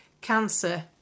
cancer